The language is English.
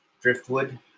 driftwood